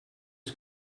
est